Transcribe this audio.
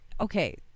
okay